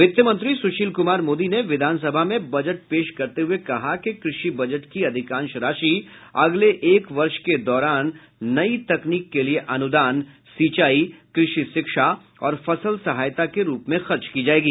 वित्त मंत्री सुशील कूमार मोदी ने विधानसभा में बजट पेश करते हये कहा कि कृषि बजट की अधिकांश राशि अगले एक वर्ष के दौरान नई तकनीक के लिए अनुदान सिंचाई कृषि शिक्षा और फसल सहायता के रूप में खर्च की जायेगी